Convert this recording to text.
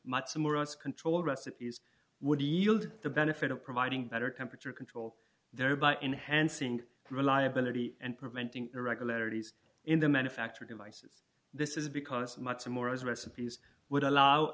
much more us control recipes would yield the benefit of providing better temperature control thereby enhancing reliability and preventing irregularities in the manufacture devices this is because much more as recipes would allow